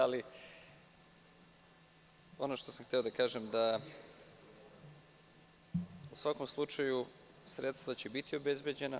Ali, ono što sam hteo da kažem da će u svakom slučaju sredstva biti obezbeđena.